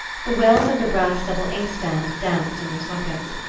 the wells of the brass double-inkstand danced in their sockets.